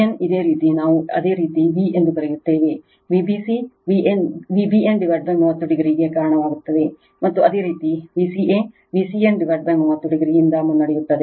Vbn ಇದೇ ರೀತಿ ನಾವು ಅದೇ ರೀತಿ v ಎಂದು ಕರೆಯುತ್ತೇವೆ Vbc Vbn 30oಗೆ ಕಾರಣವಾಗುತ್ತದೆ ಮತ್ತು ಅದೇ ರೀತಿ Vca Vcn 30 oಇಂದ ಮುನ್ನಡೆಯುತ್ತದೆ